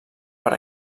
per